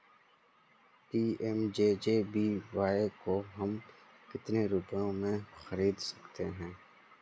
PMJJBY को हम कितने रुपयों में खरीद सकते हैं?